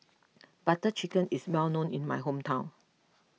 Butter Chicken is well known in my hometown